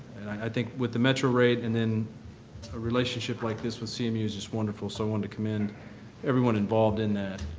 i think with the metro rate and then a relationship like this with cmu is just wonderful, so i wanted to commend everyone involved in that.